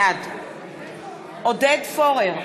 בעד עודד פורר,